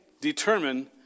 determine